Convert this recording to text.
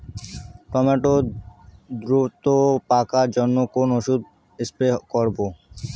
Tomato দ্রুত পাকার জন্য কোন ওষুধ স্প্রে করব?